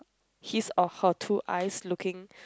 his or her two eyes looking